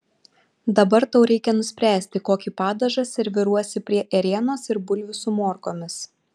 dabar tau reikia nuspręsti kokį padažą serviruosi prie ėrienos ir bulvių su morkomis